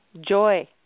Joy